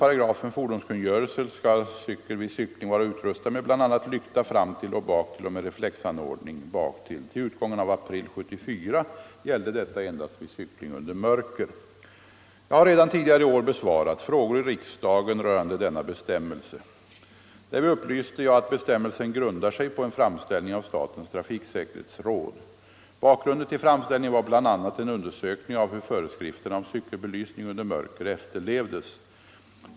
Jag har redan tidigare i år besvarat frågor i riksdagen rörande denna bestämmelse. Därvid upplyste jag att bestämmelsen grundar sig på en framställning av statens trafiksäkerhetsråd. Bakgrunden till framställningen var bl.a. en undersökning av hur föreskrifterna om cykelbelysning under mörker efterlevdes.